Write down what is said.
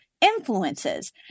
influences